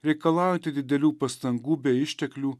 reikalaujanti didelių pastangų bei išteklių